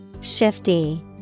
Shifty